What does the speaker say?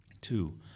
Two